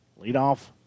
Leadoff